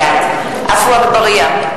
בעד עפו אגבאריה,